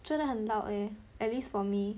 觉得很 loud leh at least for me